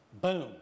Boom